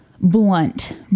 blunt